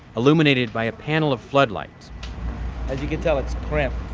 illuminated by a panel of floodlights as you can tell, it's cramp.